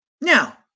now